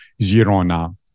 Girona